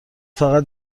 فقط